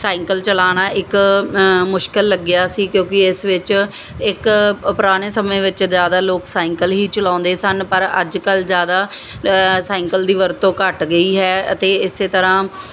cycle ਚਲਾਣਾ ਇੱਕ ਮੁਸ਼ਕਿਲ ਲੱਗਿਆ ਸੀ ਕਿਉਂਕਿ ਇਸ ਵਿੱਚ ਇੱਕ ਪੁਰਾਣੇ ਸਮੇਂ ਵਿੱਚ ਜਿਆਦਾ ਲੋਕ ਸਾਈਕਲ ਹੀ ਚਲਾਉਂਦੇ ਸਨ ਪਰ ਅੱਜ ਕੱਲ ਜਿਆਦਾ ਸਾਈਕਲ ਦੀ ਵਰਤੋਂ ਘੱਟ ਗਈ ਹੈ ਅਤੇ ਇਸੇ ਤਰ੍ਹਾਂ